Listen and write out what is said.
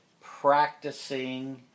practicing